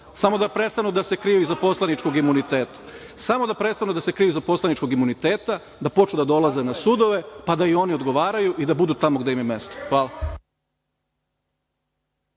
samo da prestanu da se kriju iza poslaničkog imuniteta, samo da se prestanu da se kriju iza poslaničkog imuniteta, da počnu da dolaze na sudove a da i oni odgovaraju i da budu tamo gde im je mesto. Hvala.